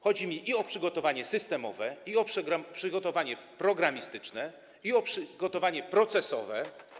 Chodzi mi o przygotowanie systemowe, o przygotowanie programistyczne i o przygotowanie procesowe.